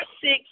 six